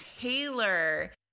Taylor